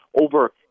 over